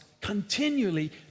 continually